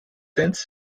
since